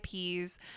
IPs